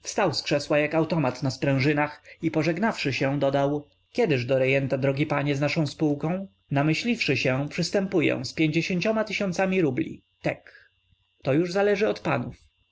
wstał z krzesła jak automat na sprężynach i pożegnawszy się dodał kiedyż do rejenta drogi panie z naszą spółką namyśliwszy się przystępuję z pięćdziesięcioma tysiącami rubli tek to już zależy od panów